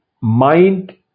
mind